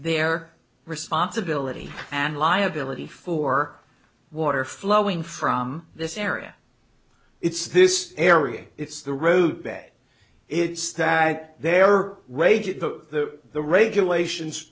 their responsibility and liability for water flowing from this area it's this area it's the road bed it's that there are wage it to the regulations